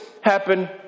happen